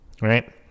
right